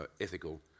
ethical